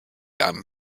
i’m